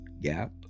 gap